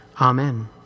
Amen